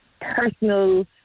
personal